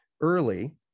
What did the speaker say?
early